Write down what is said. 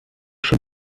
schon